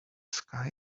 sky